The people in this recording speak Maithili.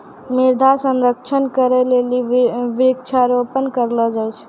मृदा संरक्षण करै लेली वृक्षारोपण करलो जाय छै